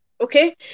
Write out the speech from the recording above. Okay